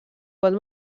pot